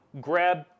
grab